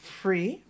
free